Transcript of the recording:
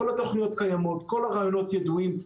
כל התוכניות קיימות, כל הרעיונות ידועים.